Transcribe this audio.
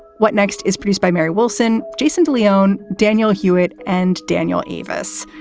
what next is produced by mary wilson, jason de leon, daniel hewett and daniel eavis.